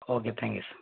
okay thank you sir